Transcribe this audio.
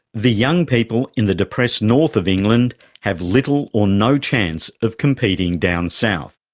the young people in the depressed north of england have little or no chance of competing down south.